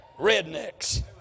rednecks